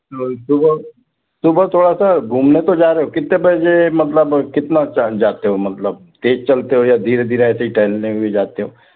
तो वो सुबह थोड़ा सा घूमने तो जा रहे हो कित्ते बजे मतलब कितना चल जाते हो मतलब तेज चलते हो या धीरे धीरे ऐसे ही टहलने भी जाते हो